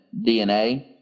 DNA